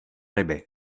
ryby